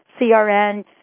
CRN